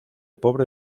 pobre